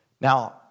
Now